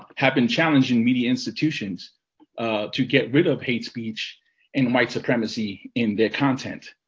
have been challenging media institutions to get rid of hate speech and white supremacy in their content.